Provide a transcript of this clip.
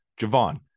Javon